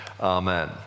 amen